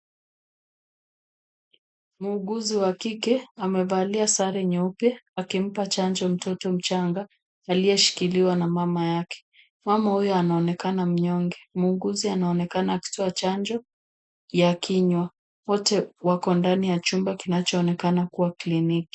Muuguzi wa kike amevalia sare nyeupe, akimpa chanjo mtoto mchanga aliyeshikiliwa na mama yake. Mama huyo anaonekana mnyonge. Muguzi anaonekana akitoa chanjo ya kinywa. Wote wako ndani ya chumba kinachoonekana kuwa kliniki.